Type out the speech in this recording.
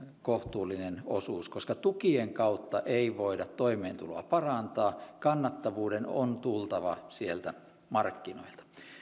kohtuullinen osuus koska tukien kautta ei voida toimeentuloa parantaa kannattavuuden on tultava sieltä markkinoilta